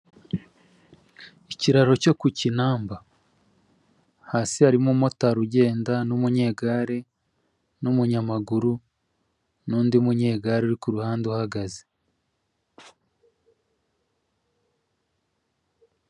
Igiceri cy'u Rwanda cyanditseho banke nasiyonari di Rwanda, bigaragara ko cyakozwe mu mwaka w' igihumbi kimwe magana cyenda mirongo irindwi na karindwi, kandi iki giceri gishushanyijeho igitoki bigaragara ko mu Rwanda haba insina nyinshi.